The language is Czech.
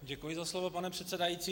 Děkuji za slovo, pane předsedající.